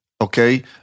Okay